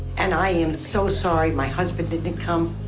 and i am so sorry my husband didn't come,